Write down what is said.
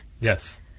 Yes